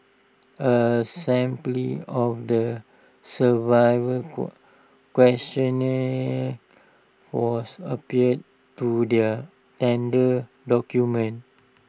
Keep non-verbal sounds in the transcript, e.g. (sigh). A (unintelligible) of the (unintelligible) questionnaire was appended to their tender documents